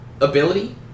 ability